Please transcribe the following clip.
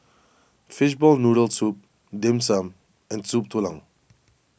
Fishball Noodle Soup Dim Sum and Soup Tulang